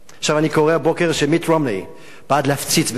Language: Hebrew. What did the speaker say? אני קורא הבוקר שמיט רומני בעד להפציץ בסוריה,